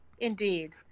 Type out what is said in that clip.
Indeed